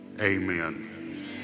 Amen